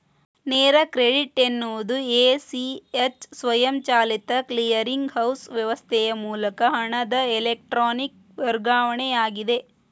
ನೇರ ಕ್ರೆಡಿಟ್ ಎನ್ನುವುದು A, C, H ಸ್ವಯಂಚಾಲಿತ ಕ್ಲಿಯರಿಂಗ್ ಹೌಸ್ ವ್ಯವಸ್ಥೆಯ ಮೂಲಕ ಹಣದ ಎಲೆಕ್ಟ್ರಾನಿಕ್ ವರ್ಗಾವಣೆಯಾಗಿದೆ